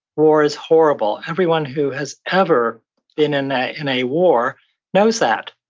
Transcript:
war is horrible. everyone who has ever been in ah in a war knows that.